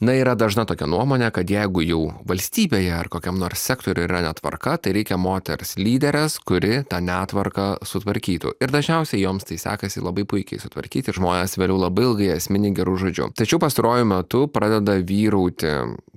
na yra dažna tokia nuomonė kad jeigu jau valstybėje ar kokiam nors sektoriuj yra netvarka tai reikia moters lyderės kuri tą netvarką sutvarkytų ir dažniausiai joms tai sekasi labai puikiai sutvarkyti ir žmonės vėliau labai ilgai jas mini geru žodžiu tačiau pastaruoju metu pradeda vyrauti